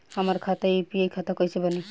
हमार खाता यू.पी.आई खाता कइसे बनी?